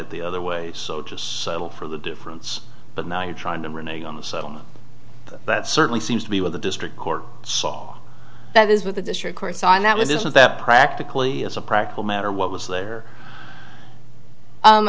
it the other way so just settle for the difference but now you're trying to renege on the settlement that certainly seems to be with the district court saw that is with the district court sign that says that practically as a practical matter what was there